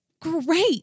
Great